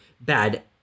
bad